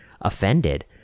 offended